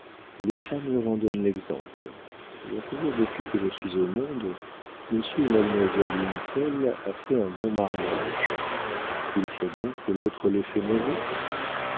et les femmes leur en donnent l'exemple j'entends dire depuis que je suis au monde monsieur ou mademoiselle une telle a fait un bon mariage il faut donc que l'autre l'ait fait mauvais